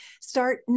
start